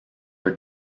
are